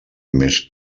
més